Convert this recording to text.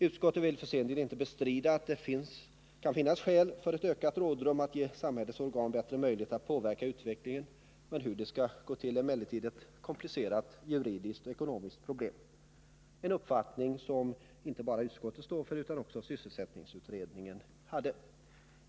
Utskottet vill för sin del inte bestrida att det kan finnas skäl för ett ökat rådrum för att ge samhällets organ bättre möjlighet att påverka utvecklingen, men hur det skall gå till är emellertid ett komplicerat juridiskt och ekonomiskt problem — en uppfattning som inte bara utskottet står för utan också sysselsättningsutredningen hade.